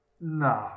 No